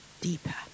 deeper